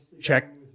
check